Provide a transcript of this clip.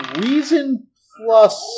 reason-plus